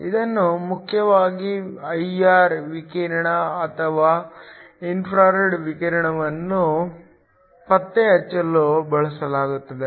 ಇದನ್ನು ಮುಖ್ಯವಾಗಿ I R ವಿಕಿರಣ ಅಥವಾ ಇನ್ಫ್ರಾರೆಡ್ ವಿಕಿರಣವನ್ನು ಪತ್ತೆಹಚ್ಚಲು ಬಳಸಲಾಗುತ್ತದೆ